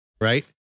right